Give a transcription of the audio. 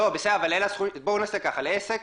לעסק,